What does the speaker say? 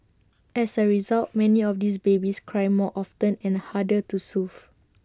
as A result many of these babies cry more often and harder to soothe